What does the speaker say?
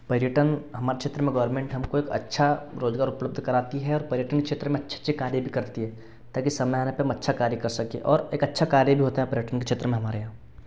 पर्यटन हमारे क्षेत्र में गवर्नमेंट हमको अच्छा रोजगार उपलब्ध कराती है और पर्यटन क्षेत्र में अच्छे अच्छे कार्य भी करती है ताकि समय आने पर हम अच्छा कार्य कर सकें और एक अच्छा कार्य भी होता है पर्यटन के क्षेत्र में हमारे यहाँ